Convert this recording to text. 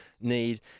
need